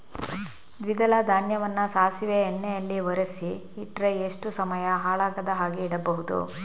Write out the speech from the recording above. ದ್ವಿದಳ ಧಾನ್ಯವನ್ನ ಸಾಸಿವೆ ಎಣ್ಣೆಯಲ್ಲಿ ಒರಸಿ ಇಟ್ರೆ ಎಷ್ಟು ಸಮಯ ಹಾಳಾಗದ ಹಾಗೆ ಇಡಬಹುದು?